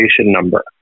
number